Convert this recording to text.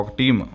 team